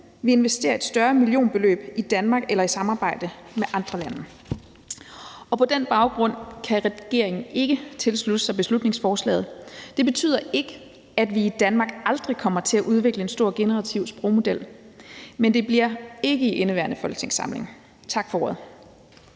vi investerer et større millionbeløb i Danmark eller i samarbejde med andre lande. På den baggrund kan regeringen ikke tilslutte sig beslutningsforslaget. Det betyder ikke, at vi i Danmark aldrig kommer til at udvikle en stor generativ sprogmodel, men det bliver ikke i indeværende folketingssamling. Tak for ordet.